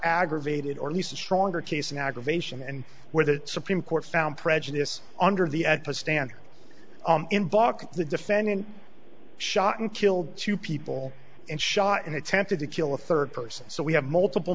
aggravated or at least a stronger case in aggravation and where the supreme court found prejudice under the stand in blocking the defendant shot and killed two people and shot and attempted to kill a third person so we have multiple